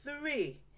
three